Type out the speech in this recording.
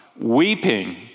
weeping